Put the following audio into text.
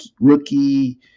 rookie